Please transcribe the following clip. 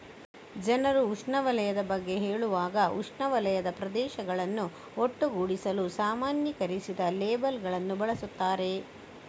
ಜನರು ಉಷ್ಣವಲಯದ ಬಗ್ಗೆ ಹೇಳುವಾಗ ಉಷ್ಣವಲಯದ ಪ್ರದೇಶಗಳನ್ನು ಒಟ್ಟುಗೂಡಿಸಲು ಸಾಮಾನ್ಯೀಕರಿಸಿದ ಲೇಬಲ್ ಗಳನ್ನು ಬಳಸುತ್ತಾರೆ